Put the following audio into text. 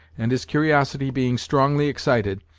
and his curiosity being strongly excited,